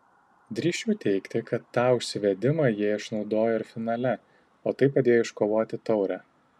drįsčiau teigti kad tą užsivedimą jie išnaudojo ir finale o tai padėjo iškovoti taurę